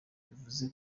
bivuze